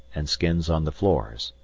and skins on the floors.